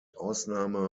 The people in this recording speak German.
ausnahme